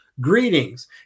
Greetings